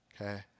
okay